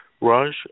Raj